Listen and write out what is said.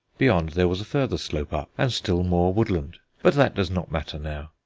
behind there was a further slope up and still more woodland but that does not matter now.